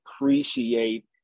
appreciate